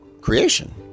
Creation